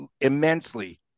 immensely